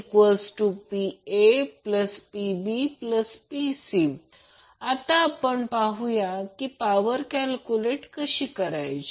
PPaPbPc आता आपण पाहूया की ही पॉवर कशी मोजायची